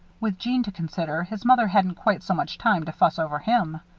with jeanne to consider, his mother hadn't quite so much time to fuss over him.